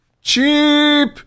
Cheap